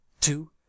two